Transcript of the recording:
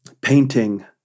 painting